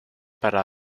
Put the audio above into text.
para